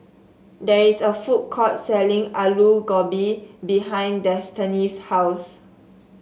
there is a food court selling Alu Gobi behind Destany's house